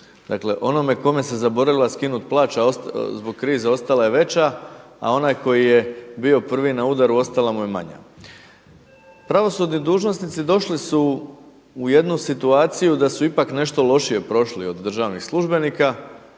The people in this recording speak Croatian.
Dakle onome kome se zaboravila skinuti plaća zbog krize ostala je veća a onaj koji je bio prvi na udaru ostala mu je manja. Pravosudni dužnosnici došli su u jednu situaciju da su ipak nešto lošije prošli od državnih službenika